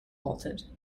bolted